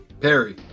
Perry